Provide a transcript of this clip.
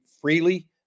freely